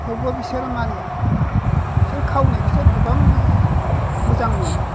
थेवबो बिसोरो मानिया बिसोर खावनायखौसो गोबां मोजां मोनो